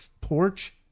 Porch